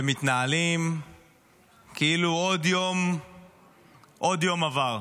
ומתנהלים כאילו עוד יום עבר.